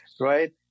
Right